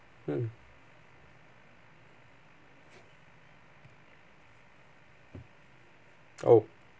mm oh